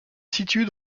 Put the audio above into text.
situe